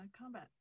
combat